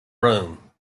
rome